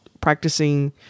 practicing